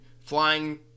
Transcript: flying